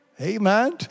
amen